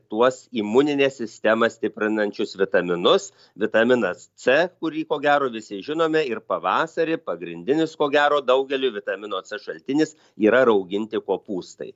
tuos imuninę sistemą stiprinančius vitaminus vitaminas c kurį ko gero visi žinome ir pavasarį pagrindinis ko gero daugeliui vitamino c šaltinis yra rauginti kopūstai